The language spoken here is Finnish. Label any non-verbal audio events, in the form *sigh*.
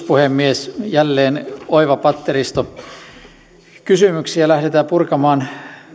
*unintelligible* puhemies jälleen oiva patteristo kysymyksiä lähdetään purkamaan